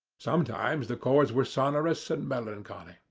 sometimes the chords were sonorous and melancholy.